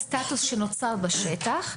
לסטטוס שנוצר בשטח,